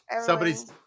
Somebody's